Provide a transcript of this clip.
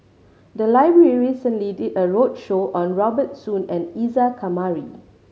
the library recently did a roadshow on Robert Soon and Isa Kamari